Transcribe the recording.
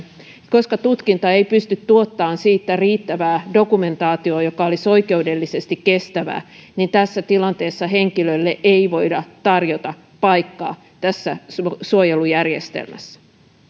koska tutkinta ei pysty tuottamaan siitä riittävää dokumentaatiota joka olisi oikeudellisesti kestävää niin tässä tilanteessa henkilölle ei voida tarjota paikkaa suojelujärjestelmässä